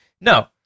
no